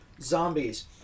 zombies